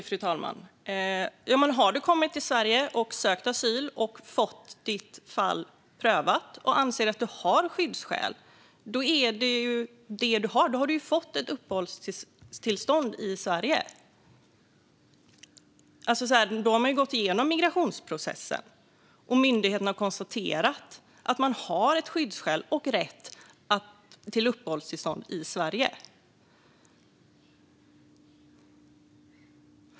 Fru talman! Har man kommit till Sverige, sökt asyl och fått sitt fall prövat och fått uppehållstillstånd på grund av skyddsskäl är det ju detta man har. Då har man ju uppehållstillstånd i Sverige. Då har man gått igenom migrationsprocessen, och myndigheterna har konstaterat att man har skyddsskäl och rätt till uppehållstillstånd i Sverige.